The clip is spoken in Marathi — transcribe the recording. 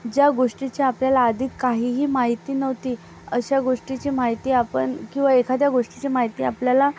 ज्या गोष्टीची आपल्याला आधी काहीही माहिती नव्हती अशा गोष्टीची माहिती आपण किंवा एखाद्या गोष्टीची माहिती आपल्याला